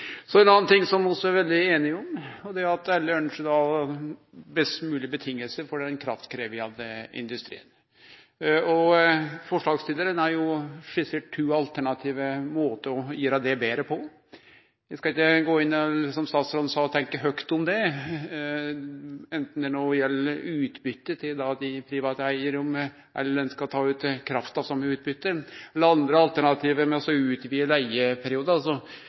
annan ting vi òg er veldig einige om, er at alle ønskjer best mogleg vilkår for den kraftkrevjande industrien. Forslagsstillarane har skissert to alternative måtar å gjere det betre på. Eg skal ikkje gå inn og – som statsråden sa – tenkje høgt om det, anten det no gjeld utbytte til dei private eigarane eller om ein skal ta ut krafta som utbytte, eller andre alternativ med å